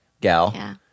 gal